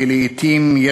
כי לעתים,